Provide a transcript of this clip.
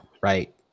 right